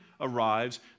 arrives